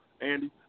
Andy